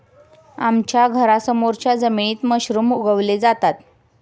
आमच्या घरासमोरच्या जमिनीत मशरूम उगवले जातात